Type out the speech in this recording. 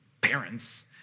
Parents